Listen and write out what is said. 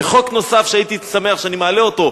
וחוק נוסף שהייתי שמח אני מעלה אותו,